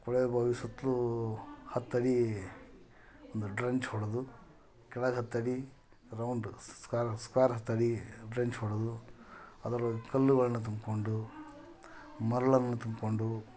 ಕೊಳವೆ ಬಾವಿ ಸುತ್ತಲೂ ಹತ್ತು ಅಡಿ ಒಂದು ಡ್ರಂಚ್ ಹೊಡೆದು ಕೆಳಗೆ ಹತ್ತು ಅಡಿ ರೌಂಡು ಸ್ಕ್ವಾರ್ ಸ್ಕ್ವಾರ್ ಹತ್ತು ಅಡಿಗೆ ಡ್ರಂಚ್ ಹೊಡೆದು ಅದರಲ್ಲಿ ಕಲ್ಲುಗಳನ್ನ ತುಂಬಿಕೊಂಡು ಮರಳನ್ನು ತುಂಬಿಕೊಂಡು